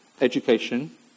education